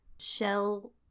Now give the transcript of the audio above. shell